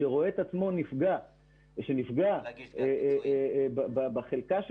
שרואה את עצמו נפגע או שנפגע בחלקה שלו,